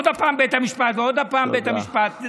עוד הפעם בית המשפט ועוד הפעם בית המשפט.